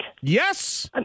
Yes